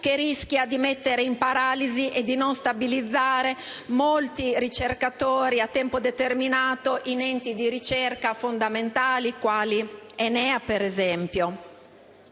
che rischia di mettere in paralisi e non stabilizzare molti ricercatori a tempo determinato in enti di ricerca fondamentali, quali ENEA, ad esempio.